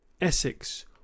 essex